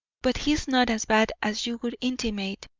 but he is not as bad as you would intimate.